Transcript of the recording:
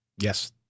yes